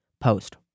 post